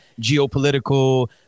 geopolitical